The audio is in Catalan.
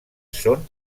són